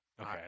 Okay